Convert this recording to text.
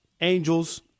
Angels